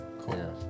cool